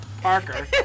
Parker